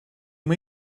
uma